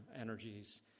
energies